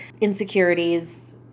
insecurities